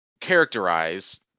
characterize